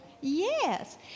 Yes